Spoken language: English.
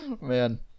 Man